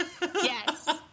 yes